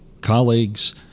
colleagues